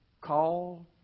call